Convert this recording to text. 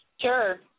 Sure